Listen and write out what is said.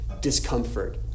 discomfort